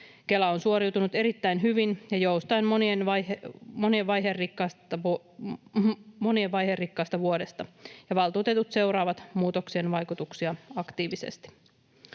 Kela on suoriutunut erittäin hyvin ja joustaen monesta vaiherikkaasta vuodesta, ja valtuutetut seuraavat muutoksien vaikutuksia aktiivisesti.